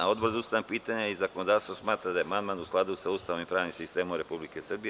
Odbor za ustavna pitanja i zakonodavstvo smatra da je amandman u skladu sa Ustavom i pravnim sistemom Republike Srbije.